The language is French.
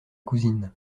cousine